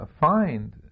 find